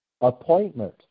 appointment